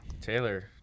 Taylor